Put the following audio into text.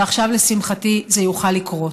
ועכשיו לשמחתי זה יוכל לקרות.